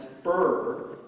spur